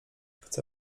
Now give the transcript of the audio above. chcę